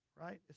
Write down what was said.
right